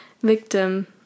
victim